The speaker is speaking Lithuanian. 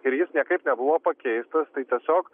ir jis niekaip nebuvo pakeistas tai tiesiog